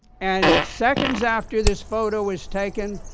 and seconds after this photo was taken,